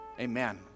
Amen